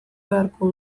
beharko